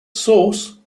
source